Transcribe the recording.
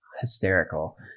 hysterical